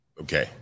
Okay